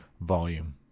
volume